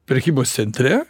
prekybos centre